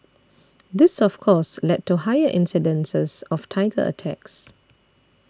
this of course led to higher incidences of tiger attacks